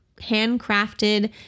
handcrafted